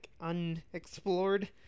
unexplored